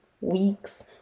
weeks